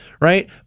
right